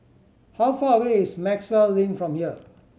how far away is Maxwell Link from here